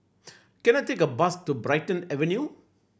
can I take a bus to Brighton Avenue